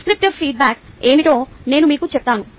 descriptive feedback ఏమిటో నేను మీకు చెప్తాను